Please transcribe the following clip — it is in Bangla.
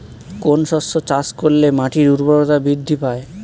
কোন শস্য চাষ করলে মাটির উর্বরতা বৃদ্ধি পায়?